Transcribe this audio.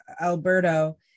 alberto